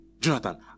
Jonathan